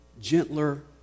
gentler